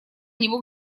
него